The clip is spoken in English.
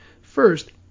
First